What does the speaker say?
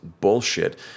bullshit